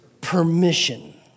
permission